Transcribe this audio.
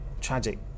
tragic